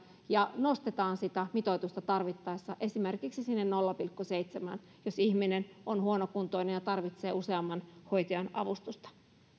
ja nostetaan mitoitusta tarvittaessa esimerkiksi sinne nolla pilkku seitsemään jos ihminen on huonokuntoinen ja tarvitsee useamman hoitajan avustusta